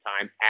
time